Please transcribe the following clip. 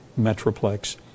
Metroplex